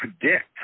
predict